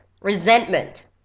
resentment